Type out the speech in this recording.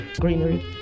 greenery